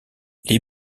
les